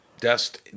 Dust